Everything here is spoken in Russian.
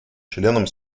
членам